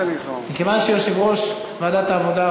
מכיוון שיושב-ראש ועדת העבודה,